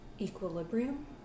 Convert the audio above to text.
Equilibrium